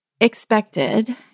expected